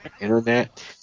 internet